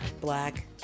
Black